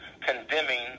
condemning